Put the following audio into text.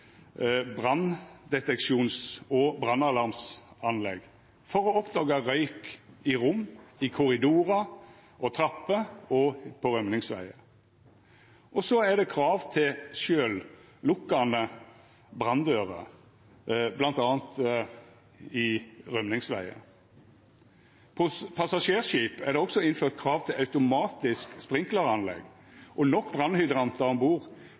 branndeteksjons- og brannalarmanlegg for å oppdaga røyk i rom, korridorar, trapper og rømmingsvegar. Og det er krav til sjølvlukkande branndører i bl.a. rømmingsvegar. På passasjerskip er det også innført krav til automatisk sprinklaranlegg og nok brannhydrantar om bord